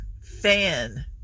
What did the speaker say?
fan